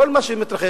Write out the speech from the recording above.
כל מה שמתרחש,